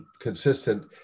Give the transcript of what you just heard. consistent